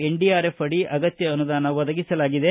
NDRF ಅಡಿ ಅಗತ್ತ ಅನುದಾನ ಒದಗಿಸಲಾಗಿದೆ